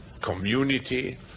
community